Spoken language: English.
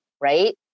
Right